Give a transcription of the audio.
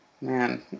man